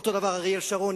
ואותו הדבר אריאל שרון,